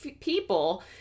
people